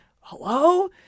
hello